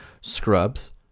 Scrubs